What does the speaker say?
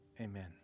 Amen